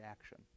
action